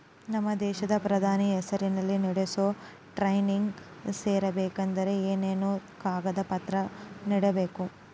ನಮ್ಮ ದೇಶದ ಪ್ರಧಾನಿ ಹೆಸರಲ್ಲಿ ನಡೆಸೋ ಟ್ರೈನಿಂಗ್ ಸೇರಬೇಕಂದರೆ ಏನೇನು ಕಾಗದ ಪತ್ರ ನೇಡಬೇಕ್ರಿ?